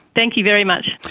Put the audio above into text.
thank you very much.